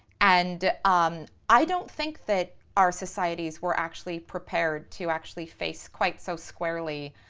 and um i don't think that our societies were actually prepared to actually face quite so squarely,